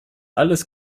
alles